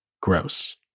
Gross